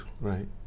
Right